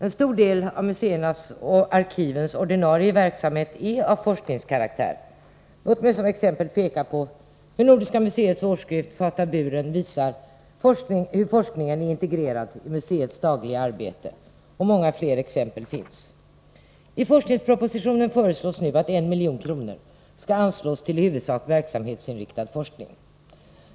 En stor del av museernas och arkivens ordinarie verksamhet är av forskningskaraktär. Låt mig som exempel peka på hur Nordiska museets årsskrift Fataburen visar hur forskningen är integrerad i museets dagliga arbete. Många fler exempel finns. I forskningspropositionen föreslås nu att 1 milj.kr. skall anslås till i huvudsak verksamhetsinriktad forskning.